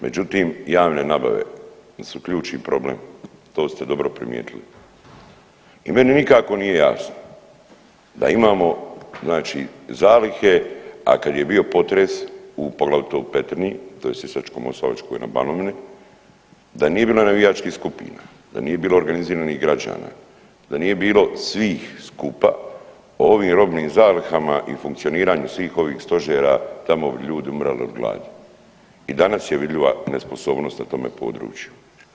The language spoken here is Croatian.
Međutim, javne nabave su ključni problem, to ste dobro primijetili i meni nikako nije jasno da imamo znači zalihe, a kad je bio potres, poglavito u Petrinji tj. Sisačko-moslavačkoj na Banovini, da nije bilo navijačkih skupina, da nije bilo organiziranih građana, da nije bilo svih skupa o ovim robnim zalihama i funkcioniranju svih ovih stožera tamo bi ljudi umirali od gladi i danas je vidljiva nesposobnost na tome području.